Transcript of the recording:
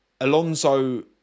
Alonso